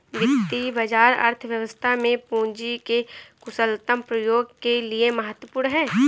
वित्तीय बाजार अर्थव्यवस्था में पूंजी के कुशलतम प्रयोग के लिए महत्वपूर्ण है